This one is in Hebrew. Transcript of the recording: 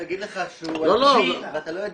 הוא יגיד לך שהוא על --- ואתה לא יודע